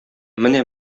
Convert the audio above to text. менә